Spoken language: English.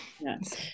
yes